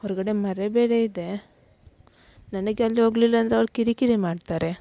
ಹೊರಗಡೆ ಮಳೆ ಬೇರೆ ಇದೆ ನನಗೆ ಅಲ್ಲಿ ಹೋಗ್ಲಿಲ್ಲ ಅಂದರೆ ಅವ್ರು ಕಿರಿಕಿರಿ ಮಾಡ್ತಾರೆ